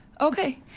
Okay